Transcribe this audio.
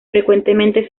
frecuentemente